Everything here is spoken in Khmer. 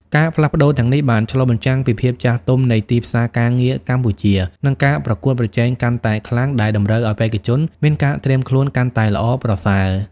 ការផ្លាស់ប្ដូរទាំងនេះបានឆ្លុះបញ្ចាំងពីភាពចាស់ទុំនៃទីផ្សារការងារកម្ពុជា និងការប្រកួតប្រជែងកាន់តែខ្លាំង ដែលតម្រូវឲ្យបេក្ខជនមានការត្រៀមខ្លួនកាន់តែល្អប្រសើរ។